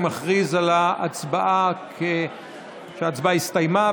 אני מכריז שההצבעה הסתיימה,